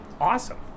Awesome